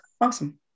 Awesome